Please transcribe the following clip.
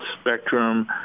spectrum